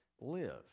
live